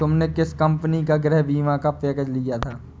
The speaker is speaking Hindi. तुमने किस कंपनी का गृह बीमा का पैकेज लिया था?